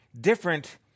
different